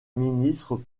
ministres